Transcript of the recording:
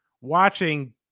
watching